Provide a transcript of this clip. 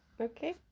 okay